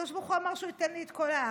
הקדוש ברוך הוא אמר שהוא ייתן לי את כל הארץ,